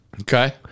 Okay